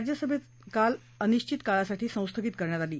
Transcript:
राज्यसभा काल अनिश्वित काळासाठी संस्थगित करण्यात आली